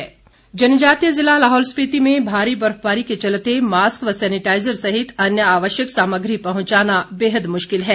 mask जनजातीय ज़िला लाहौल स्पीति में भारी बर्फबारी के चलते मास्क व सेनेटाइजर सहित अन्य आवश्यक सामग्री पहुंचाना बेहद मुश्किल है